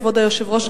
כבוד היושב-ראש,